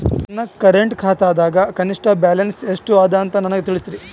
ನನ್ನ ಕರೆಂಟ್ ಖಾತಾದಾಗ ಕನಿಷ್ಠ ಬ್ಯಾಲೆನ್ಸ್ ಎಷ್ಟು ಅದ ಅಂತ ನನಗ ತಿಳಸ್ರಿ